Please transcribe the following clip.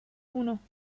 uno